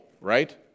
right